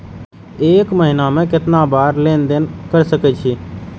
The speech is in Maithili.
एक महीना में केतना बार लेन देन कर सके छी?